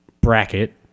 bracket